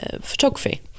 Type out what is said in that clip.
photography